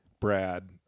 Brad